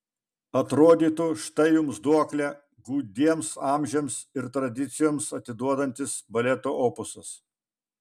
atrodytų štai jums duoklę gūdiems amžiams ir tradicijoms atiduodantis baleto opusas